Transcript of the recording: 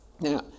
Now